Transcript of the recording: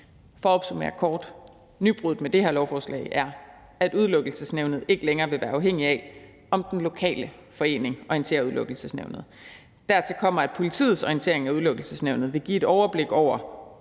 For at opsummere kort: Nybruddet med det her lovforslag er, at Udelukkelsesnævnet ikke længere vil være afhængigt af, om den lokale forening orienterer Udelukkelsesnævnet. Dertil kommer, at politiets orientering af Udelukkelsesnævnet vil give et overblik over,